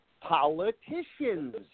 politicians